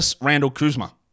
Randall-Kuzma